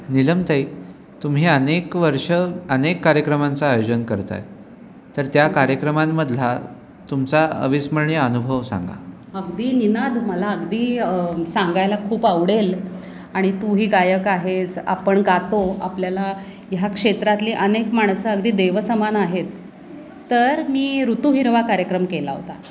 नीलमताई तुम्ही अनेक वर्षं अनेक कार्यक्रमांचं आयोजन करताय तर त्या कार्यक्रमांमधला तुमचा अविस्मरणीय अनुभव सांगा अगदी निनाद मला अगदी सांगायला खूप आवडेल आणि तूही गायक आहेस आपण गातो आपल्याला ह्या क्षेत्रातली अनेक माणसं अगदी देवासमान आहेत तर मी ऋतु हिरवा कार्यक्रम केला होता